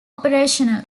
operational